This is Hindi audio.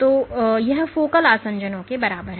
तो यह फोकल आसंजनों के बराबर है